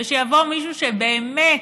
ושיבוא מישהו שבאמת